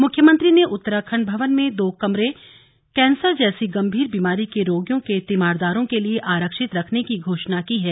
मुख्यमंत्री ने उत्तराखण्ड भवन में दो कमरे कैंसर जैसी गंभीर बीमारी के रोगियों के तीमारदारों के लिए आरक्षित रखने की घोषणा की है